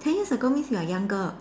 ten years ago means you are younger